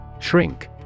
Shrink